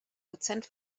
dozent